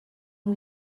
who